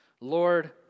Lord